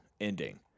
ending